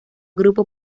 grupo